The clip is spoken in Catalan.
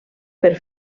per